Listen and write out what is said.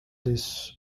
this